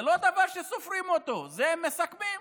זה לא דבר שסופרים אותו, אלא מסכמים: